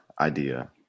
idea